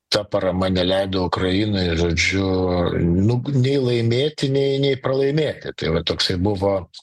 ta parama neleido ukrainai žodžiu nug nei laimėti nei nei pralaimėti tai va toksai buvo